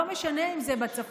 לא משנה אם זה בצפון,